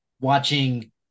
watching